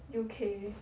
U_K